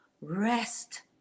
rest